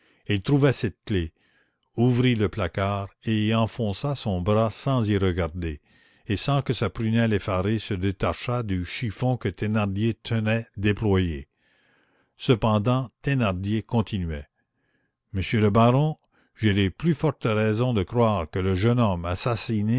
il trouva cette clef ouvrit le placard et y enfonça son bras sans y regarder et sans que sa prunelle effarée se détachât du chiffon que thénardier tenait déployé cependant thénardier continuait monsieur le baron j'ai les plus fortes raisons de croire que le jeune homme assassiné